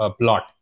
plot